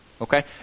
Okay